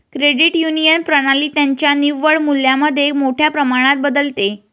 credit union प्रणाली त्यांच्या निव्वळ मूल्यामध्ये मोठ्या प्रमाणात बदलते